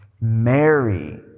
Mary